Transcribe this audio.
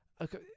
Okay